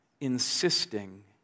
insisting